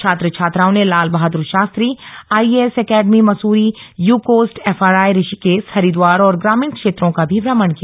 छात्र छात्राओं ने Lal Bahadur Shastri IAS academy Mussoorie UCOST FRI Rishikesh Haridwar और ग्रामीण क्षेत्रों का भी भ्रमण किया